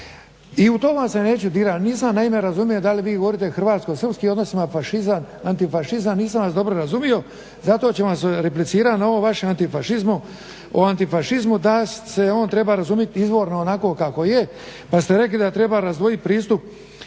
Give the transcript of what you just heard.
I u to vam se neću dirati, nisam naime razumio da li vi govorite o hrvatsko-srpskim odnosima fašizam-antifašizam, nisam vas dobro razumio zato ću vam replicirati na ovo vaše o antifašizmu da se on treba razumjet izvorno onako kako je. Pa ste rekli da treba razdvojiti pristup